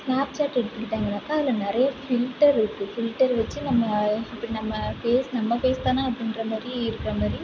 Snapchat எடுத்துக்கிட்டோன்னாக்கா அதில் நிறையா ஃபில்டர் இருக்கு ஃபில்டர் வச்சு நம்ம இப்படி நம்ம ஃபேஸ் நம்ம ஃபேஸ் தானே அப்படின்றமாதிரி இருக்கிற மாதிரி